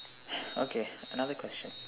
okay another question